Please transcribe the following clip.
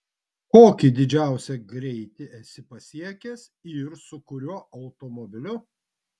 kokį didžiausią greitį esi pasiekęs ir su kuriuo automobiliu